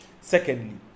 Secondly